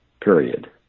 Period